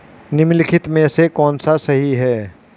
निम्नलिखित में से कौन सा सही है?